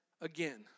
again